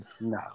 No